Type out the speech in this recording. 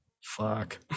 Fuck